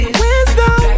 wisdom